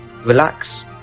relax